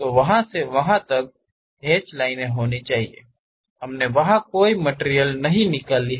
तो वहाँ से वहाँ तक हैच लाइनें होनी चाहिए हमने वहां कोई मटिरियल नहीं निकाली